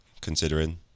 considering